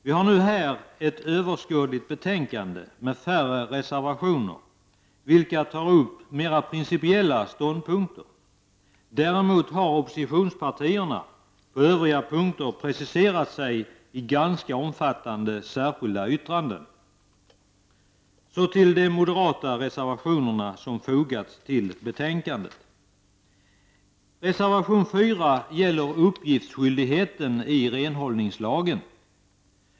Vi har här ett överskådligt betänkande med färre reservationer, vilka tar upp mera principiella ståndpunkter. Däremot har oppositionspartierna på övriga punkter preciserat sig i ganska omfattande särskilda yttranden. Jag övergår härmed till de moderata reservationer som fogats till betänkandet. Reservation 4 gäller uppgiftsskyldigheten i renhållningslagen.